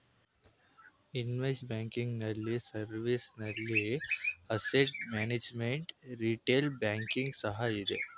investment banking ನಲ್ಲಿ service ನಲ್ಲಿ asset management, retail banking ಸಹ ಇದೆ